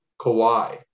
Kawhi